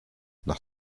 nach